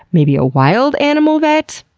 maybe a wild animal vet?